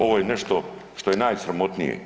Ovo je nešto što je najsramotnije.